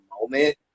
moment